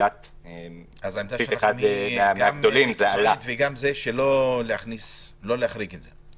אז העמדה שלכם היא גם מקצועית לא להחריג את זה.